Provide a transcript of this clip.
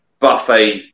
buffet